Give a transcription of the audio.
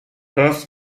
das